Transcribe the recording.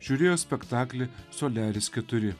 žiūrėjo spektaklį soliaris keturi